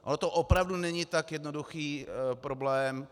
Ono to opravdu není tak jednoduchý problém.